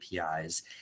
APIs